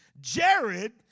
Jared